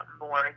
more